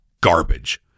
garbage